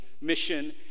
mission